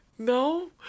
no